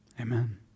Amen